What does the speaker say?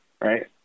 right